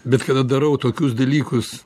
bet kada darau tokius dalykus